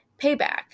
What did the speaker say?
Payback